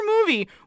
movie